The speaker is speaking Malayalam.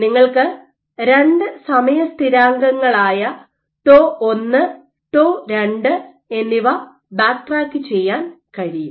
നിങ്ങൾക്ക് രണ്ട് സമയ സ്ഥിരാങ്കങ്ങളായ ടോ 1 ടോ 2 എന്നിവ ബാക്ക്ട്രാക്ക് ചെയ്യാൻ കഴിയും